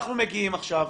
אנחנו מגיעים עכשיו,